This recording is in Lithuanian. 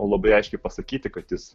labai aiškiai pasakyti kad jis